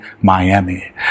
Miami